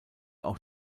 auch